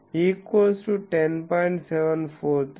743 అంగుళాలు అది Ph కి